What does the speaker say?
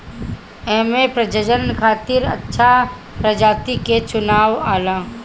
एमे प्रजनन खातिर अच्छा प्रजाति के चुनल जाला